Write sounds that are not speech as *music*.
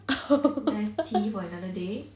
*laughs*